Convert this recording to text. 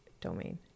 domain